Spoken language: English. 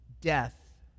death